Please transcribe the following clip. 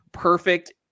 perfect